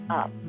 up